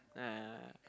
yeah